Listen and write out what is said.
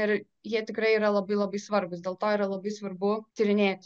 ir jie tikrai yra labai labai svarbūs dėl to yra labai svarbu tyrinėti